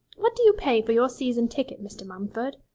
what do you pay for your season-ticket, mr. mumford?